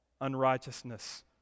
unrighteousness